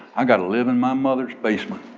i got to live in my mother's basement.